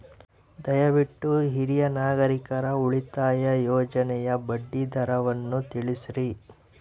ದಯವಿಟ್ಟು ಹಿರಿಯ ನಾಗರಿಕರ ಉಳಿತಾಯ ಯೋಜನೆಯ ಬಡ್ಡಿ ದರವನ್ನು ತಿಳಿಸ್ರಿ